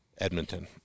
Edmonton